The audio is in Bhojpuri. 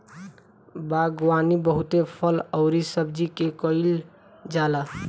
बागवानी बहुते फल अउरी सब्जी के कईल जाला